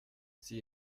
sie